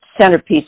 centerpiece